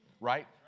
right